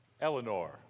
Eleanor